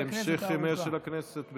להמשך ימיה של הכנסת,